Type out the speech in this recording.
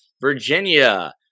Virginia